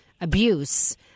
abuse